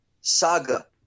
saga